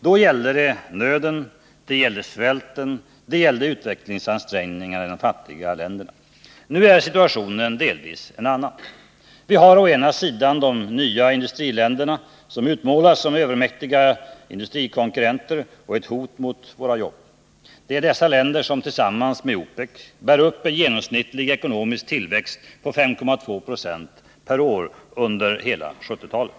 Då gällde det nöden, svälten och utvecklingsansträngningarna i de fattiga länderna. Nu är situationen delvis en annan. Vi har å ena sidan de nya industriländerna, som utmålas som övermäktiga industrikonkurrenter och ett hot mot våra jobb. Det är dessa länder som tillsammans med OPEC bär upp en genomsnittlig ekonomisk tillväxt på 5,2 Yo per år under hela 1970-talet.